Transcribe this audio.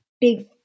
big